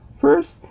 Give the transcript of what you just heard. First